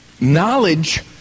knowledge